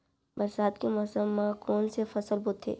बरसात के मौसम मा कोन से फसल बोथे?